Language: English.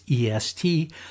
EST